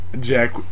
Jack